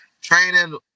training